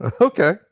Okay